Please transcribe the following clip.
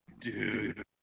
Dude